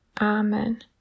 Amen